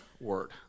word